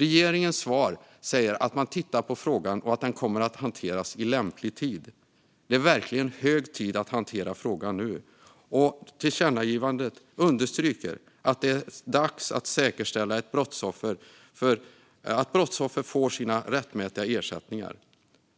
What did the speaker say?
Regeringens svar är att man tittar på frågan och att den kommer att hanteras i lämplig tid. Det är verkligen hög tid att hantera frågan nu. I tillkännagivandet understryks att det är dags att säkerställa att brottsoffer får sina rättmätiga ersättningar.